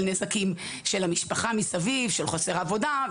נזקים של המשפחה מסביב; של חוסר עבודה,